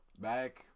Back